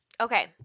Okay